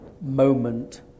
moment